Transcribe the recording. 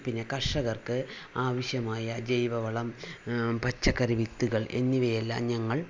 പിന്നെ കര്ഷകര്ക്ക് ആവശ്യമായ ജൈവ വളം പച്ചക്കറി വിത്തുകള് എന്നിവയെല്ലാം ഞങ്ങള്